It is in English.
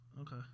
Okay